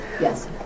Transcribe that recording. Yes